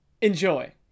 Enjoy